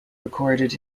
recorded